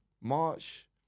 March